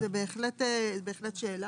זו בהחלט שאלה.